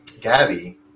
Gabby